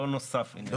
לא נוסף עניין חדש.